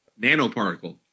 Nanoparticle